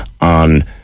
on